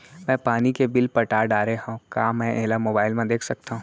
मैं पानी के बिल पटा डारे हव का मैं एला मोबाइल म देख सकथव?